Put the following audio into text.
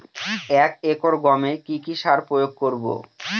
এক একর গমে কি কী সার প্রয়োগ করব?